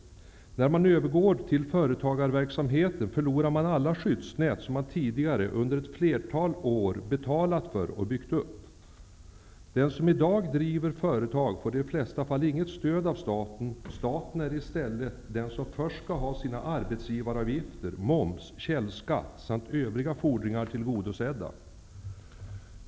När man övergår till företagarverksamhet förlorar man alla skyddsnät som man tidigare under att flertal år betalat för och byggt upp. Den som i dag driver företag får i de flesta fall inget stöd av staten. Staten är i stället den som först skall ha sina arbetsgivaravgifter, moms, källskatt samt övriga fordringar tillgodosedda.